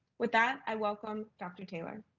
with that, i welcome dr. taylor.